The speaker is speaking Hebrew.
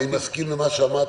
אני מסכים עם מה שאמרת,